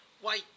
Why